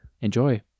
Enjoy